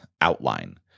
outline